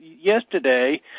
yesterday